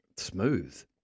Smooth